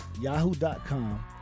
yahoo.com